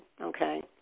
okay